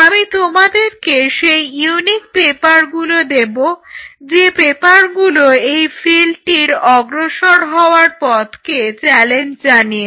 আমি তোমাদেরকে সেই ইউনিক পেপারগুলো দেব যে পেপারগুলো এই ফিল্ডটির অগ্রসর হওয়ার পথকে চ্যালেঞ্জ জানিয়েছে